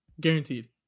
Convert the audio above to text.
Guaranteed